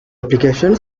application